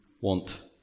want